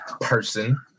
person